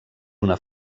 una